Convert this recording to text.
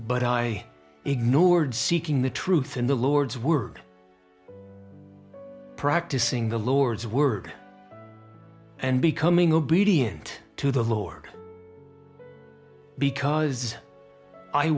but i ignored seeking the truth in the lord's word practicing the lord's word and becoming obedient to the lord because i